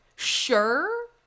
Sure